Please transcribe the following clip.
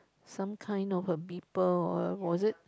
some kind of a beeper or was it